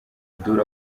abdoul